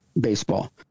baseball